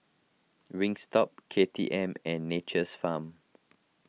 Wingstop K T M and Nature's Farm